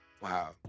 wow